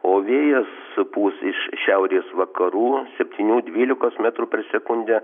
o vėjas pūs iš šiaurės vakarų septynių dvylikos metrų per sekundę